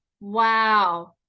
Wow